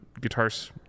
guitars